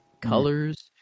colors